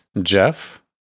Jeff